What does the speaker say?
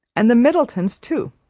and the middletons too,